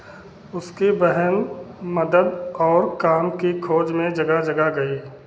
उसकी बहन मदद और काम की खोज में जगह जगह गई